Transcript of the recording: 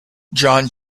john